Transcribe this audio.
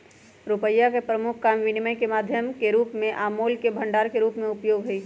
रुपइया के प्रमुख काम विनिमय के माध्यम के रूप में आ मोल के भंडार के रूप में उपयोग हइ